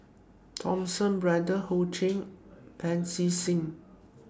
Thomas Braddell Ho Ching Pancy Seng